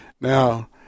Now